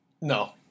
No